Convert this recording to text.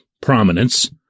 prominence